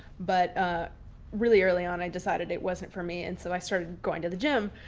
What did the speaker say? but ah really early on i decided it wasn't for me and so i started going to the gym.